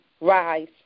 rise